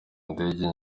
ndege